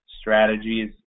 strategies